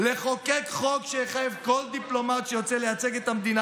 חבר הכנסת קריב,